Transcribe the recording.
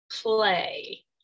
play